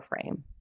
frame